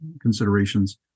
considerations